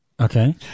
Okay